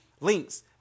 links